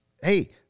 hey